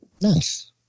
Nice